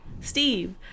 Steve